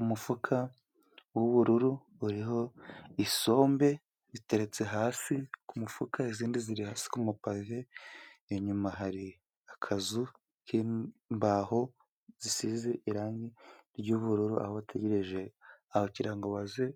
Umufuka w'ubururu uriho isombe ziteretse hasi ku mufuka, izindi ziri hasi ku mapave. Inyuma hari akazu k'imbaho zisize irangi ry'ubururu, aho bategereje abakiriya ngo baze